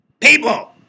People